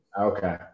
Okay